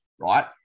right